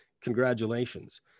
Congratulations